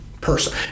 person